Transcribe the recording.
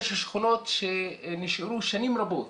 יש שכונות שנשארו שנים רבות